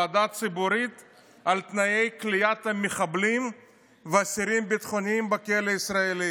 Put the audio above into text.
ועדה ציבורית על תנאי כליאת המחבלים ואסירים ביטחוניים בכלא הישראלי.